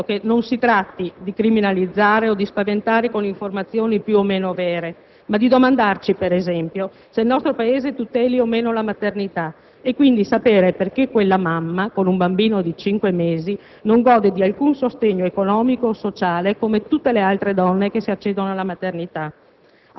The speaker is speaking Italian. allora, sia il caso non tanto di criminalizzare o spaventare qualcuno con informazioni più o meno vere, ma di domandarci, per esempio, se il nostro Paese tuteli o meno la maternità per sapere perché quella mamma con un bambino di cinque mesi non goda di alcun sostegno economico o sociale come tutte le altre donne che accedono alla maternità.